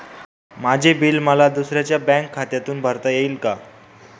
माझे बिल मला दुसऱ्यांच्या बँक खात्यातून भरता येईल का?